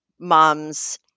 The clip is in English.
moms